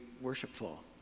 worshipful